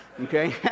okay